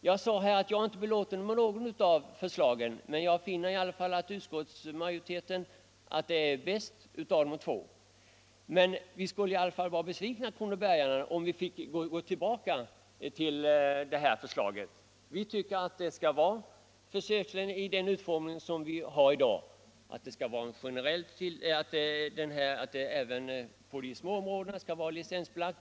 Jag sade att jag inte är belåten med något av förslagen, men jag finner utskottsmajoritetens förslag bäst av de två. Vi krono bergare skulle i alla fall vara besvikna om vi skulle få gå över till det system reservanterna föreslår. Vi tycker att man ska ha den utformning som försöksverksamheten har i dag — att även jakten på de små områdena skall vara licensbelagd.